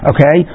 Okay